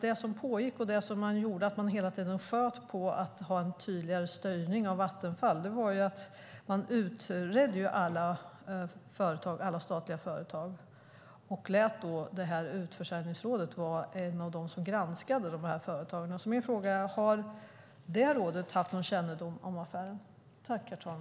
Det som pågick och det som gjorde att man hela tiden sköt på att ha en tydligare styrning av Vattenfall var att man utredde alla statliga företag och då lät utförsäljningsrådet vara en av dem som granskade de här företagen. Då är min fråga: Har det rådet haft någon kännedom om affären?